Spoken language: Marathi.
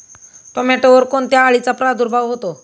टोमॅटोवर कोणत्या अळीचा प्रादुर्भाव होतो?